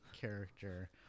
character